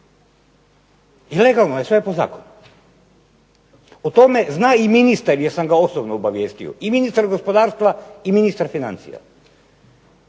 Legalno je sve po Zakonu. O tome zna i ministar jer sam ga osobno obavijestio, i ministar gospodarstva i ministar financija